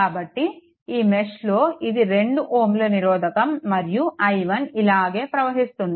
కాబట్టి ఈ మెష్లో ఇది 2Ω నిరోధకం మరియు i1 ఇలాగే ప్రవహిస్తుంది